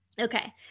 okay